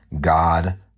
God